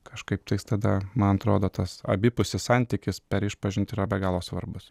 kažkaip tais tada man atrodo tas abipusis santykis per išpažintį yra be galo svarbus